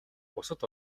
бусад